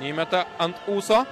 įmeta ant ūso